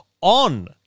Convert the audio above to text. on